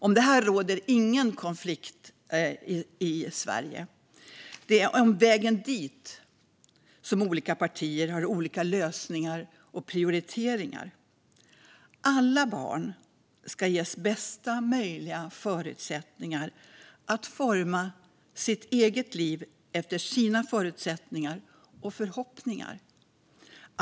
Om detta råder det ingen konflikt i Sverige. Det är när det gäller vägen dit som olika partier har olika lösningar och prioriteringar. Alla barn ska ges bästa möjliga förutsättningar att forma sitt eget liv efter sina förutsättningar och förhoppningar.